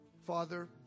Father